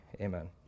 amen